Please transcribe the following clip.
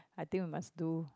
I think we must do